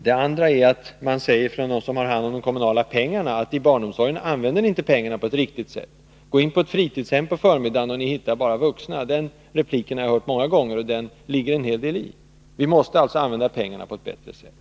Vidare säger de som har hand om de kommunala pengarna: ”I barnomsorgen använder ni inte pengarna på ett riktigt sätt. Gå in på ett fritidshem på förmiddagen, och ni hittar bara vuxna.” Den kritiken har jag hört många gånger, och det ligger en hel del i den. Vi måste alltså använda pengarna på ett bättre sätt.